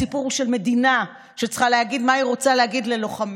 הסיפור הוא של המדינה שצריכה להגיד מה היא רוצה לומר ללוחמיה,